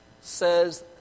says